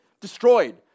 destroyed